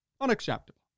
Unacceptable